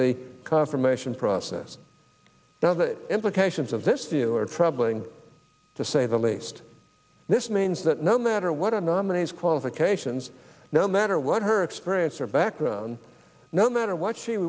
the confirmation process now that implication as of this you are troubling to say the least this means that no matter what our nominee's qualifications no matter what her experience or background no matter what she